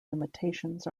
imitations